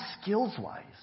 skills-wise